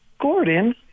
Gordon